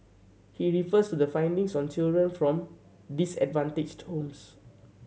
he refers to the findings on children from disadvantaged homes